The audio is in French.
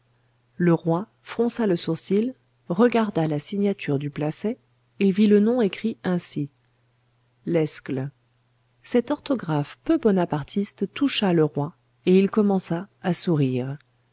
le roi fronça le sourcil regarda la signature du placet et vit le nom écrit ainsi lesgle cette orthographe peu bonapartiste toucha le roi et il commença à sourire